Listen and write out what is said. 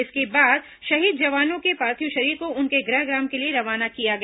इसके बाद शहीद जवानों के पार्थिव शरीर को उनके गृहग्राम के लिए रवाना किया गया